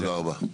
תודה רבה.